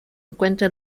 encuentra